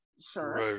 Sure